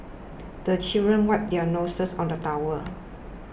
the children wipe their noses on the towel